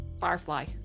firefly